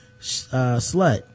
slut